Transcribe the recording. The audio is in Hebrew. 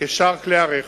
כשאר כלי הרכב,